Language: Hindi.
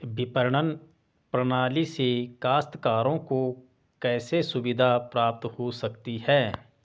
विपणन प्रणाली से काश्तकारों को कैसे सुविधा प्राप्त हो सकती है?